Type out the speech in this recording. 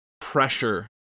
pressure